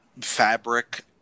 fabric